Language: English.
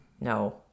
no